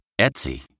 Etsy